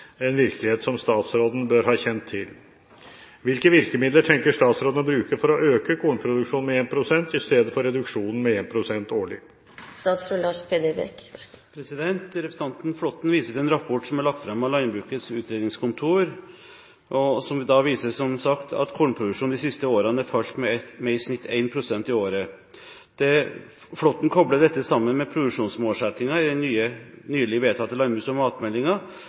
en virkelighet som statsråden bør ha kjent til. Hvilke virkemidler tenker statsråden å bruke for å øke kornproduksjonen med 1 pst. i stedet for reduksjonen med 1 pst. årlig?» Representanten Flåtten viser til en rapport som er lagt fram av Landbrukets Utredningskontor, som viser, som sagt, at kornproduksjonen de siste årene er falt med i snitt 1 pst. i året. Flåtten kobler dette sammen med produksjonsmålsettingen i den nylig vedtatte landbruks- og